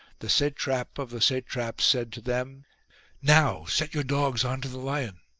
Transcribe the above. the satrap of the satraps said to them now set your dogs on to the lion.